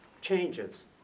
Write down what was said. changes